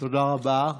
תודה רבה.